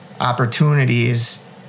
opportunities